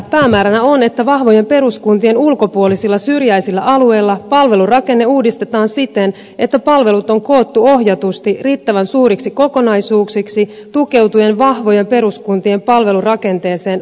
päämääränä on että vahvojen peruskuntien ulkopuolisilla syrjäisillä alueilla palvelurakenne uudistetaan siten että palvelut on koottu ohjatusti riittävän suuriksi kokonaisuuksiksi tukeutuen vahvojen peruskuntien palvelurakenteeseen vastuukuntamallilla